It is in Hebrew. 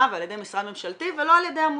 ועל ידי משרד ממשלתי ולא על ידי עמותות.